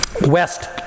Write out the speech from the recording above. West